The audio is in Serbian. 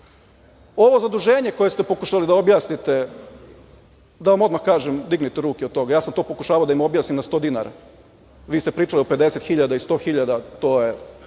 Ovo zaduženje koje ste pokušali da objasnite, odmah da vam kažem dignite ruke od toga. Pokušavao sam da im to objasnim na 100 dinara. vi ste pričali o 50.000 i 100.000, to je